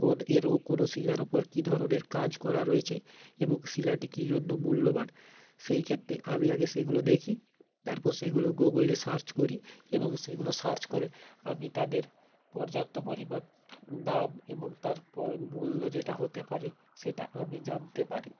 কোন এরও কোন শিলার উপর কী ধরনের কাজ করা রয়েছে এবং শিলাটি কী জন্য মূল্যবান সেই ক্ষেত্রে আমি আগে সেগুলো দেখি তারপর সেগুলো গুগলে সার্চ করি এবং সেগুলো সার্চ করে আমি তাদের পর্যাপ্ত পরিমাণ দাম এবং তারপর মূল্য যেটা হতে পারে সেটা আমি জানতে পারি